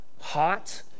hot